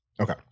okay